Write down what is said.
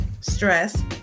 stress